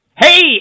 Hey